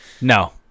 No